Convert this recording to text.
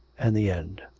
and the end.